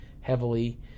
heavily